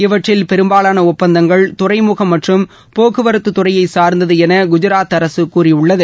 இவற்றில் பெரும்பாலான ஒப்பந்தங்கள் துறைமுகம் மற்றும் போக்குவரத்துத் துறையை சாா்ந்தது என குஜராத் அரசு கூறியுள்ளது